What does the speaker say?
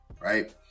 right